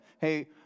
Hey